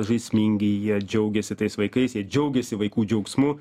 žaismingi jie džiaugiasi tais vaikais jie džiaugiasi vaikų džiaugsmu